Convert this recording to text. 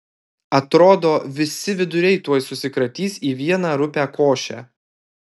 atrodo visi viduriai tuoj susikratys į vieną rupią košę